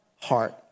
heart